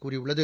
கூறியுள்ளது